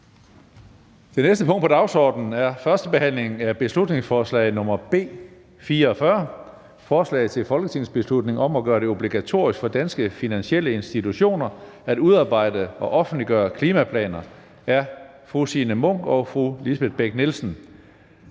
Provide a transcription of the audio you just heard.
2) 1. behandling af beslutningsforslag nr. B 44: Forslag til folketingsbeslutning om at gøre det obligatorisk for danske finansielle institutioner at udarbejde og offentliggøre klimaplaner. Af Signe Munk (SF) og Lisbeth Bech-Nielsen